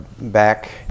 back